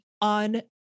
on